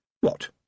What